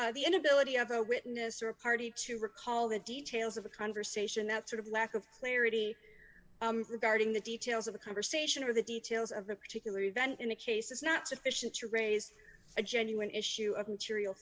ability the inability of a witness or a party to recall the details of a conversation that sort of lack of clarity regarding the details of the conversation or the details of a particular event in a case is not sufficient to raise a genuine issue of material